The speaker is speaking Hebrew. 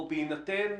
או בהינתן